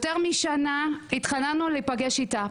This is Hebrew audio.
יותר משנה התחננו להיפגש איתה.